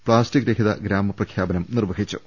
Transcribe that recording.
പ്ലാസ്റ്റിക്രഹിതഗ്രാമ പ്രഖ്യാപനം നിർവഹിച്ചു